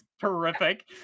terrific